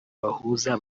bahuza